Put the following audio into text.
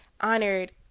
Honored